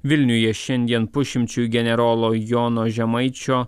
vilniuje šiandien pusšimčiui generolo jono žemaičio